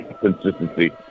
consistency